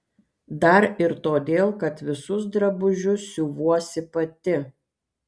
dar ir todėl kad visus drabužius siuvuosi pati